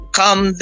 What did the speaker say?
come